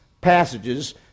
passages